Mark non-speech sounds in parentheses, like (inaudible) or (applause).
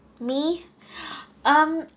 me (breath) um